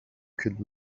could